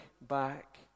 back